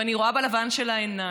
ואני רואה בלבן של העיניים